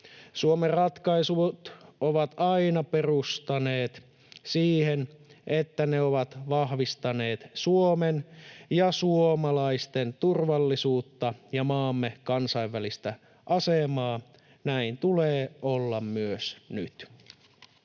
Suomen ratkaisut ovat aina perustuneet siihen, että ne ovat vahvistaneet Suomen ja suomalaisten turvallisuutta ja maamme kansainvälistä asemaa. Näin tulee olla myös nyt.